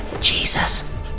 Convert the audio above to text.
Jesus